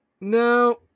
no